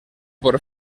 por